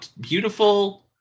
beautiful